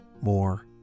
more